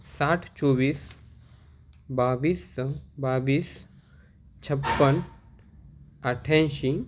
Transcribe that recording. साठ चोवीस बावीस बावीस छप्पन अठ्ठ्याऐंशी